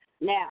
Now